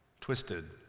Twisted